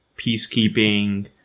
peacekeeping